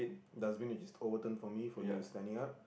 dustbin which is overturned for me for you which is standing up